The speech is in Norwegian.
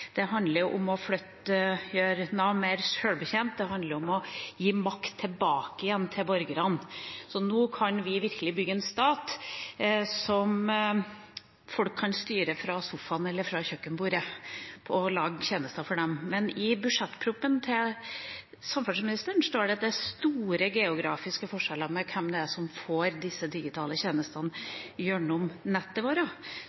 det, handler om å gjøre Nav mer sjølbetjent – det handler om å gi makt tilbake igjen til borgerne. Nå kan vi virkelig bygge en stat som folk kan styre fra sofaen eller fra kjøkkenbordet, og lage tjenester for dem. Men i budsjettproposisjonen fra samferdselsministeren står det at det er store geografiske forskjeller med hensyn til hvem som får disse digitale tjenestene gjennom nettet vårt.